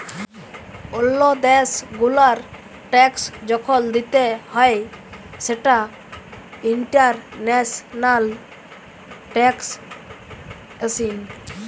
ওল্লো দ্যাশ গুলার ট্যাক্স যখল দিতে হ্যয় সেটা ইন্টারন্যাশনাল ট্যাক্সএশিন